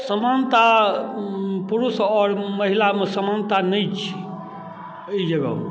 समानता पुरुष आओर महिलामे समानता नहि छै एहि जगहमे